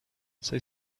say